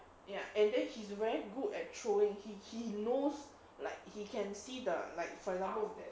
ya and then he's very good at throwing he he knows like he can see the like for example